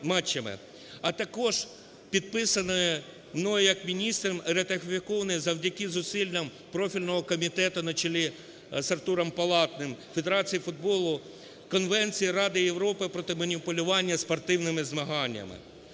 а також підписаний мною як міністром і ратифікований завдяки зусиллям профільного комітету на чолі з Артуром Палатним, Федерації футболу Конвенції Ради Європи проти маніпулювання спортивними змаганнями.